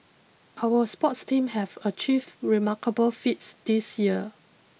our sports team have achieved remarkable feats this year